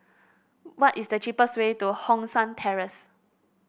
what is the cheapest way to Hong San Terrace